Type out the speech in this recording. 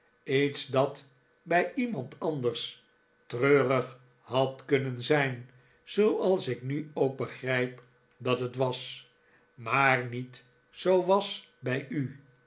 iets dat bij iemand anders treurig had kunnen zijn zooals ik nu ook begrijp dat het was maar niet zoo was bij u